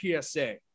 PSA